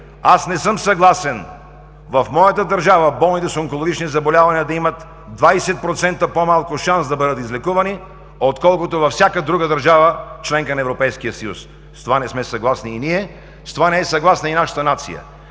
„Аз не съм съгласен в моята държава болните с онкологични заболявания да имат 20% по-малко шанс да бъдат излекувани, отколкото във всяка друга държава – членка на Европейския съюз.“ С това не сме съгласни и ние, с това не е съгласна и нашата нация!